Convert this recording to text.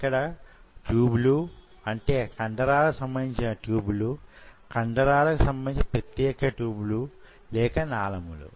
ఇక్కడ ట్యూబ్ లు అంటే కండరాలకు సంబంధించిన ట్యూబ్ లు కండరాలకు సంబంధించిన ప్రత్యేకమైన ట్యూబ్ లు లేక నాళములు